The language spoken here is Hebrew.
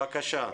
בבקשה.